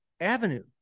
avenue